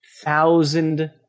thousand